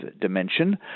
dimension